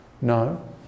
No